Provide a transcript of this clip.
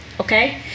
Okay